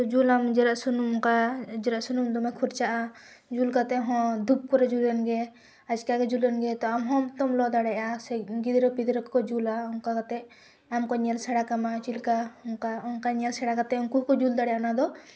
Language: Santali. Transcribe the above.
ᱛᱚ ᱡᱩᱞᱟᱢ ᱡᱮᱨᱮᱡ ᱥᱩᱱᱩᱢ ᱚᱱᱠᱟ ᱡᱮᱨᱮᱡ ᱥᱩᱱᱩᱢ ᱫᱚᱢᱮ ᱠᱷᱚᱨᱪᱟᱜᱼᱟ ᱡᱩᱞ ᱠᱟᱛᱮ ᱦᱚᱸ ᱫᱷᱩᱯ ᱠᱚᱨᱮ ᱡᱩᱞ ᱮᱱᱜᱮ ᱟᱪᱠᱟ ᱜᱮ ᱡᱩᱞ ᱮᱱᱜᱮ ᱛᱚ ᱟᱢ ᱦᱚᱸ ᱛᱚᱢ ᱞᱚ ᱫᱟᱲᱮᱭᱟᱜᱼᱟ ᱥᱮ ᱜᱤᱫᱽᱨᱟᱹ ᱯᱤᱫᱽᱨᱟᱹ ᱠᱚᱠᱚ ᱡᱩᱞᱟ ᱚᱱᱠᱟ ᱠᱟᱛᱮ ᱟᱢ ᱠᱚ ᱧᱮᱞ ᱥᱮᱬᱟ ᱠᱮᱢᱟ ᱪᱮᱫ ᱞᱮᱠᱟ ᱚᱱᱠᱟ ᱚᱱᱠᱟ ᱧᱮᱞ ᱠᱟᱛᱮ ᱩᱱᱠᱩ ᱦᱚᱸᱠᱚ ᱡᱩᱞ ᱫᱟᱲᱮᱭᱟᱜᱼᱟ ᱚᱱᱟᱫᱚ